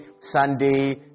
Sunday